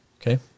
Okay